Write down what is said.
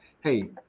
hey